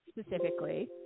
specifically